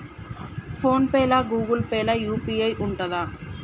Phone pay లా Google Pay లా UPI ఉంటదా?